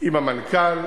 עם המנכ"ל,